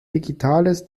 digitales